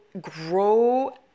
grow